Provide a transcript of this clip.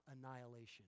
annihilation